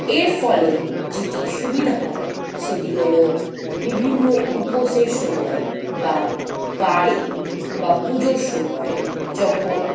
এর ফলে যেটি সুবিধা হয় সেটি হল বিভিন্ন উপোসের সময় বা বারে বা পুজোর সময় যখন